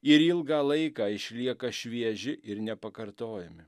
ir ilgą laiką išlieka švieži ir nepakartojami